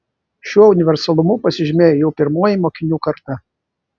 šiuo universalumu pasižymėjo jau pirmoji mokinių karta